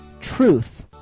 Truth